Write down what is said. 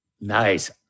Nice